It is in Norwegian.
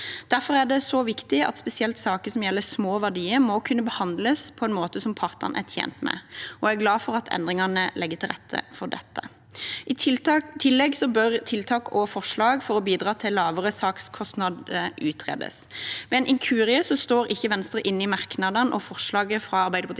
Derfor er det så viktig at spesielt saker som gjelder små verdier, må kunne behandles på en måte som partene er tjent med. Jeg er glad for at endringene legger til rette for dette. I tillegg bør tiltak og forslag for å bidra til lavere sakskostnader utredes. Ved en inkurie står ikke Venstre inne i merknadene og i forslaget fra Arbeiderpartiet,